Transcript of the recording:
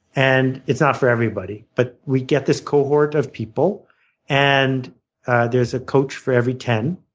and it's not for everybody. but we get this cohort of people and there's a coach for every ten.